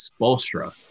Spolstra